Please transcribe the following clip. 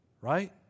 right